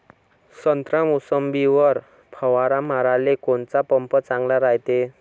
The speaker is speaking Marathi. संत्रा, मोसंबीवर फवारा माराले कोनचा पंप चांगला रायते?